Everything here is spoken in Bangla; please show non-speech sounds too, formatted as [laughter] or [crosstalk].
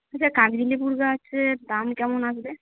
[unintelligible] কাগজি লেবুর গাছের দাম কেমন আসবে